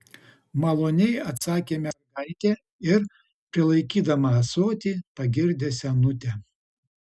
maloniai atsakė mergaitė ir prilaikydama ąsotį pagirdė senutę